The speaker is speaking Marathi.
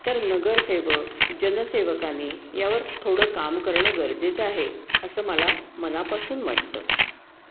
तर नगरसेवक जनसेवकांनी यावर थोडं काम करणं गरजेचं आहे असं मला मनापासून वाटतं